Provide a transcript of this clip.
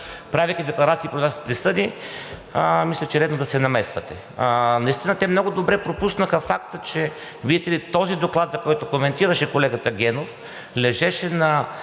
правят декларации и произнасят присъди, мисля, че е редно да се намесвате. Наистина те много добре пропуснаха факта, че видите ли, този доклад, за който коментираше колегата Генов, лежеше на